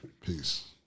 Peace